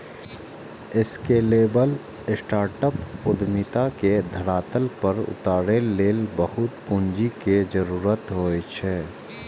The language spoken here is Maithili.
स्केलेबल स्टार्टअप उद्यमिता के धरातल पर उतारै लेल बहुत पूंजी के जरूरत होइ छै